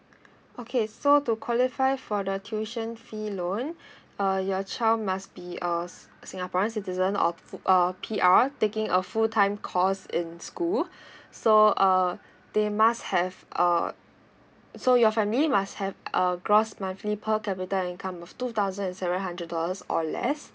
okay so to qualify for the tuition fee loan uh your child must be a singaporean citizen or or P_R taking a full time course in school so uh they must have uh so your family must have a gross monthly per capita income of two thousand and seven hundred dollars or less